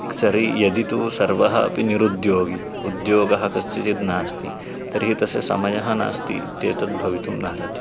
क्सरि यदि तु सर्वः अपि निरुद्योगी उद्योगः कस्यचित् नास्ति तर्हि तस्य समयः नास्ति इत्येतत् भवितुम् नार्हति